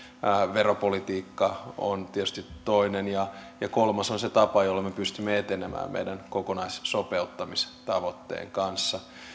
veropolitiikka on tietysti toinen ja ja kolmas on se tapa jolla me pystymme etenemään meidän kokonaissopeuttamistavoitteemme kanssa